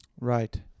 Right